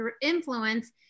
influence